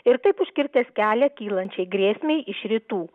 ir taip užkirtęs kelią kylančiai grėsmei iš rytų